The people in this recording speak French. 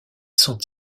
sont